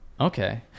okay